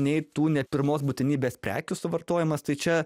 nei tų ne pirmos būtinybės prekių suvartojimas tai čia